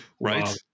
Right